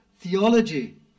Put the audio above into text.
theology